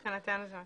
מבחינתנו זה מקובל.